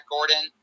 Gordon